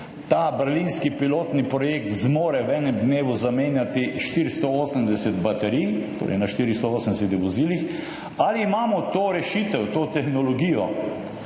Ta berlinski pilotni projekt zmore v enem dnevu zamenjati 480 baterij, torej na 480 vozilih. Ali imamo to rešitev, to tehnologijo